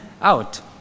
out